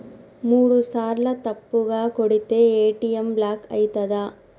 మూడుసార్ల తప్పుగా కొడితే ఏ.టి.ఎమ్ బ్లాక్ ఐతదా?